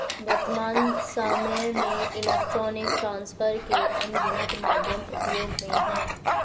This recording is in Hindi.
वर्त्तमान सामय में इलेक्ट्रॉनिक ट्रांसफर के अनगिनत माध्यम उपयोग में हैं